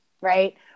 right